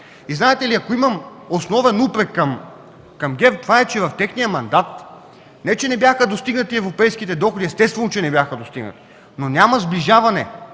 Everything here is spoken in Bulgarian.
Знаете ли, ако имам основен упрек към ГЕРБ, той е, че в техния мандат не че не бяха достигнати европейските доходи, естествено, че не бяха достигнати, но няма сближаване,